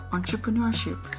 Entrepreneurship